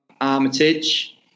Armitage